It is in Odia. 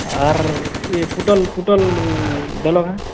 ଆର୍ ଏ ପୁଟଲ୍ ପୁଟଲ୍ ଦେଲ କେଁ